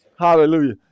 Hallelujah